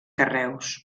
carreus